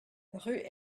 rue